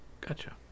gotcha